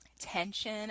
tension